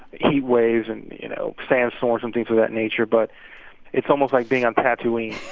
heat waves and, you know, sandstorms and things of that nature. but it's almost like being on tatooine.